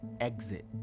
exit